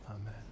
Amen